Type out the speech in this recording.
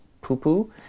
poo-poo